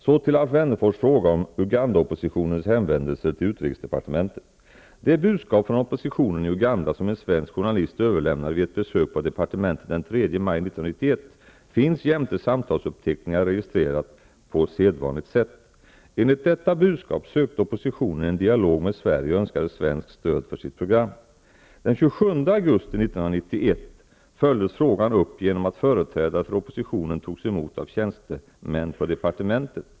Så till Alf Wennerfors fråga om Det budskap från oppositionen i Uganda som en svensk journalist överlämnade vid ett besök på departementet den 3 maj 1991 finns jämte samtalsuppteckningar registrerat på sedvanligt sätt. Enligt detta budskap sökte oppositionen en dialog med Sverige och önskade svenskt stöd för sitt program. Den 27 augusti 1991 följdes frågan upp genom att företrädare för oppositionen togs emot av tjänstemän på departementet.